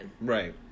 Right